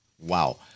Wow